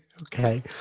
okay